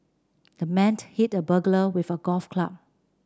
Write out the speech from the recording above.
the man hit the burglar with a golf club